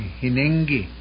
hinengi